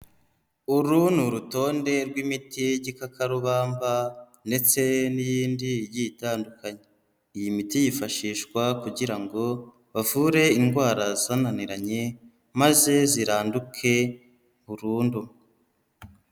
Uru ni urutonde rw'imiti y'igikakarubamba ndetse n'iyindi igiye itandukanye, iyi miti yifashishwa kugira ngo bavure indwara zananiranye maze ziranduke burundu.